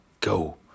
go